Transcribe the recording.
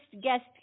guest